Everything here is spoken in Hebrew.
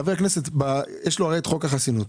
לחבר כנסת יש חוק החסינות.